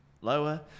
lower